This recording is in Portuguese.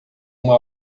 uma